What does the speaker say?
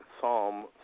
Psalm